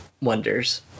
wonders